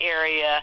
area